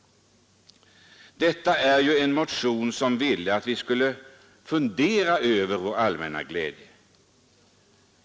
Detta gäller dock en motion som ville att vi skulle fundera över vår allmänna glädje.